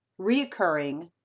reoccurring